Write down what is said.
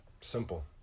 Simple